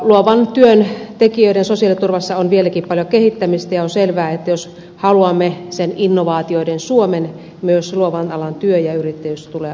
luovan työn tekijöiden sosiaaliturvassa on vieläkin paljon kehittämistä ja on selvää että jos haluamme sen innovaatioiden suomen myös luovan alan työn ja yrittäjyyden tulee olla kannattavaa